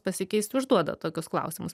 pasikeist užduoda tokius klausimus